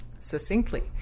succinctly